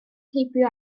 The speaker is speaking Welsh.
heibio